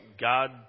God